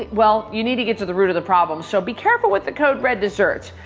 well, you need to get to the root of the problem. so be careful with the code red desserts.